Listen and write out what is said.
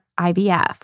IVF